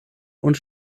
und